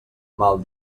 mal